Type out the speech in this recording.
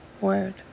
word